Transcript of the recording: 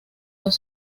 dos